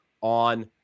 on